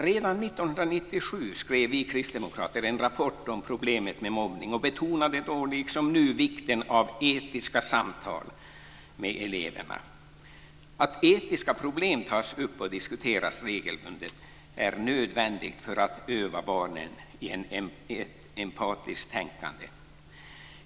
Redan 1997 skrev vi kristdemokrater en rapport om problemet med mobbning och betonade då liksom nu vikten av etiska samtal med eleverna. Att etiska problem tas upp och diskuteras regelbundet är nödvändigt för att öva barnen i ett empatiskt tänkande.